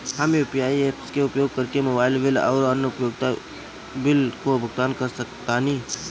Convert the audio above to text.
हम UPI apps के उपयोग करके मोबाइल बिल आउर अन्य उपयोगिता बिलों का भुगतान कर सकतानी